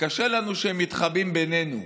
קשה לנו שהם מתחבאים בינינו.